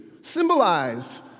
symbolized